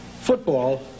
Football